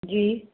जी